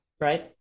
right